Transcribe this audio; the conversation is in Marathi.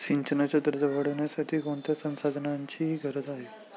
सिंचनाचा दर्जा वाढविण्यासाठी कोणत्या संसाधनांची गरज आहे?